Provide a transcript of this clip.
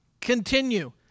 Continue